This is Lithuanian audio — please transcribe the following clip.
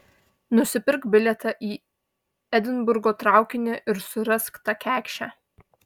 nusipirk bilietą į edinburgo traukinį ir surask tą kekšę